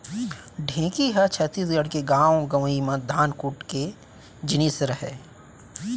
ढेंकी ह छत्तीसगढ़ के गॉंव गँवई म धान कूट के जिनिस रहय